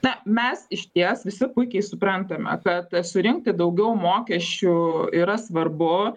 na mes išties visi puikiai suprantame kad surinkti daugiau mokesčių yra svarbu